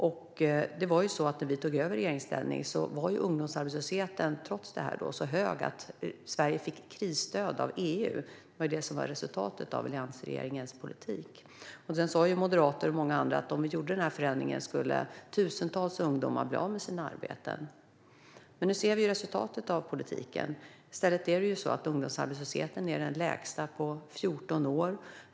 När vi tog över och kom i regeringsställning var ungdomsarbetslösheten så hög att Sverige fick krisstöd av EU. Det var resultatet av alliansregeringens politik. Moderaterna och många andra sa att om förändringen gjordes skulle tusentals ungdomar bli av med sina arbeten. Men nu ser vi resultatet av politiken. I stället är ungdomsarbetslösheten den lägsta på 14 år.